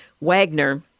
wagner